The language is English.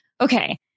Okay